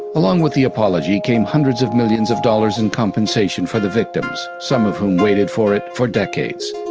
along with the apology came hundreds of millions of dollars in compensation for the victims, some of whom waited for it for decades.